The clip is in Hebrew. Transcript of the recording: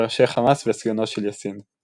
מראשי חמאס וסגנו של יאסין.